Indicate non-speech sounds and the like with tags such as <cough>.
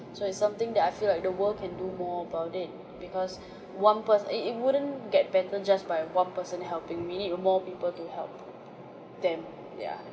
so it's something that I feel like the world can do more about it because <breath> one pers~ uh it wouldn't get better just by one person helping we need more people to help them yeah